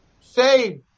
say